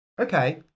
Okay